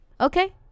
okay